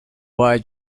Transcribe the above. buy